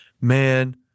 man